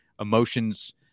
emotions